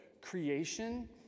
creation